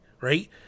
right